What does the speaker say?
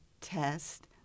test